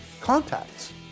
Contacts